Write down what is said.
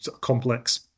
complex